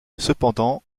cependant